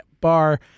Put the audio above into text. Bar